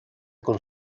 con